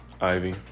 ivy